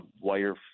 wire